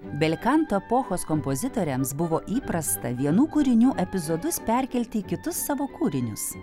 belkanto epochos kompozitoriams buvo įprasta vienų kūrinių epizodus perkelti į kitus savo kūrinius